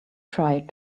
tried